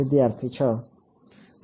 વિદ્યાર્થી 6